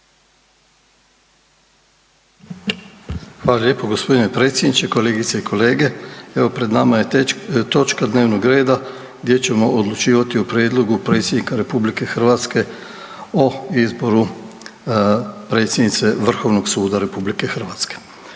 Hvala lijepo g. predsjedniče, kolegice i kolege. Evo pred nama je točka dnevnog reda gdje ćemo odlučivati o prijedlogu predsjednika RH o izboru predsjednice Vrhovnog suda RH. Ako vidimo